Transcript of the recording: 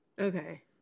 okay